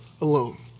alone